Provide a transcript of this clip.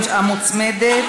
מעונות-יום לפעוטות המוצמדת,